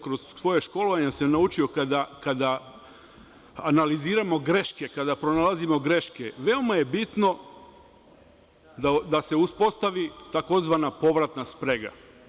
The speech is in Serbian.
Kroz svoje školovanje sam naučio, kada analiziramo greške, kada pronalazimo greške, veoma je bitno da se uspostavi tzv. povratna sprega.